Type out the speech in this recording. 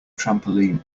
trampoline